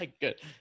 good